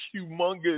humongous